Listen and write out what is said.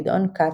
גדעון כ"ץ,